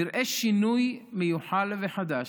נראה שינוי מיוחל וחדש,